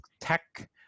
tech